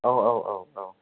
औ औ औ औ